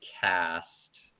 cast